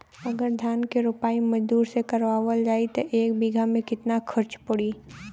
अगर धान क रोपाई मजदूर से करावल जाई त एक बिघा में कितना खर्च पड़ी?